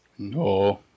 No